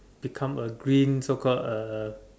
become a green so call a